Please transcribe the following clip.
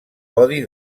podi